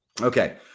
Okay